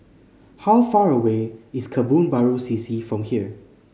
how far away is Kebun Baru C C from here